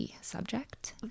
subject